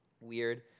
weird